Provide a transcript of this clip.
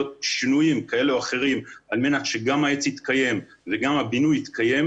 שינויים כאלה ואחרים על מנת שגם העץ יתקיים וגם הבינוי יתקיים,